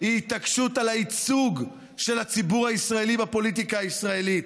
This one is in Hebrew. היא התעקשות על הייצוג של הציבור הישראלי בפוליטיקה הישראלית.